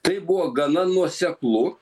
tai buvo gana nuoseklu